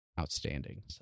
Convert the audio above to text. outstanding